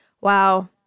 Wow